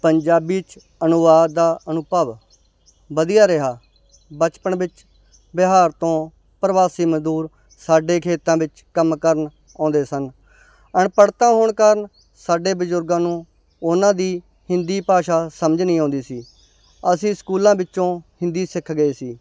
ਪੰਜਾਬੀ 'ਚ ਅਨੁਵਾਦ ਦਾ ਅਨੁਭਵ ਵਧੀਆ ਰਿਹਾ ਬਚਪਨ ਵਿੱਚ ਬਿਹਾਰ ਤੋਂ ਪਰਵਾਸੀ ਮਜ਼ਦੂਰ ਸਾਡੇ ਖੇਤਾਂ ਵਿੱਚ ਕੰਮ ਕਰਨ ਆਉਂਦੇ ਸਨ ਅਨਪੜ੍ਹਤਾ ਹੋਣ ਕਾਰਨ ਸਾਡੇ ਬਜੁਰਗਾਂ ਨੂੰ ਉਹਨਾਂ ਦੀ ਹਿੰਦੀ ਭਾਸ਼ਾ ਸਮਝ ਨਹੀਂ ਆਉਂਦੀ ਸੀ ਅਸੀਂ ਸਕੂਲਾਂ ਵਿੱਚੋਂ ਹਿੰਦੀ ਸਿੱਖ ਗਏ ਸੀ